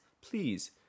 Please